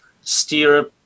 steer